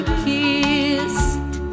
kiss